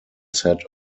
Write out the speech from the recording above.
set